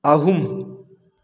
ꯑꯍꯨꯝ